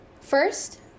First